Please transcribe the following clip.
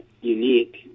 unique